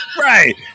Right